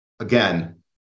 again